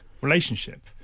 relationship